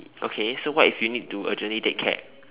okay so what if you need to urgently take cab